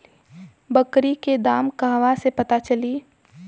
बकरी के दाम कहवा से पता चली?